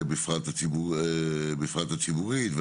ובפרט הציבורי והאנרגיה,